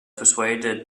persuaded